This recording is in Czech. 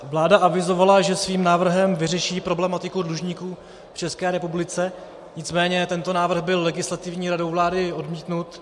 Vláda avizovala, že svým návrhem vyřeší problematiku dlužníků v České republice, nicméně tento návrh byl Legislativní radou vlády odmítnut.